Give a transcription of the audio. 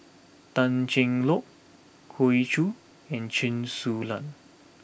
Tan Cheng Lock Hoey Choo and Chen Su Lan